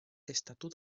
estatut